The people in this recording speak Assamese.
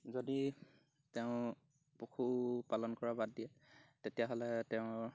যদি তেওঁ পশুপালন কৰা বাদ দিয়ে তেতিয়াহ'লে তেওঁৰ